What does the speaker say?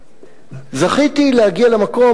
זכיתי להגיע למקום.